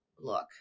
look